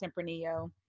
Tempranillo